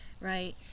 Right